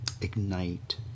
ignite